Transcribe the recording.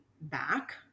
back